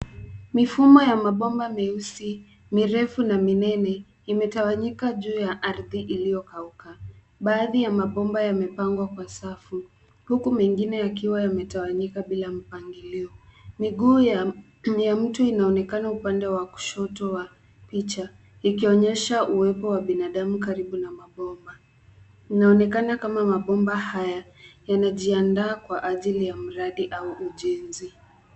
Mifumo ya mabomba meusi mirefu na minene imetawanyika juu ya ardhi iliyokauka. Baadhi ya mabomba yamepangwa kwa safu huku mengine yakiwa yametawanyika bila mpangilio. Miguu ya mtu inaonekana upande wa kushoto wa picha ikionyesha uwepo wa binadamu karibu na mabomba. Inaonekana kama mabomba haya yanajiandaa kwa ajili ya mradi au ujenzi.